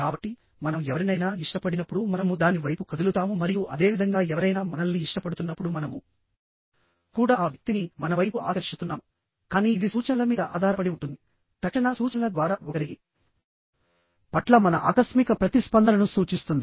కాబట్టి మనం ఎవరినైనా ఇష్టపడినప్పుడు మనము దాని వైపు కదులుతాము మరియు అదే విధంగా ఎవరైనా మనల్ని ఇష్టపడుతున్నప్పుడు మనము కూడా ఆ వ్యక్తిని మన వైపు ఆకర్షిస్తున్నాముకానీ ఇది సూచనల మీద ఆధారపడి ఉంటుంది తక్షణ సూచనల ద్వారా ఒకరి పట్ల మన ఆకస్మిక ప్రతిస్పందనను సూచిస్తుంది